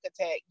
attack